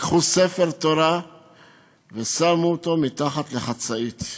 לקחו ספר תורה ושמו אותו מתחת לחצאית.